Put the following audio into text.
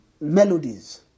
melodies